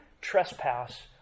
trespass